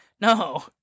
no